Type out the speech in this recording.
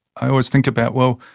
i always think about, well,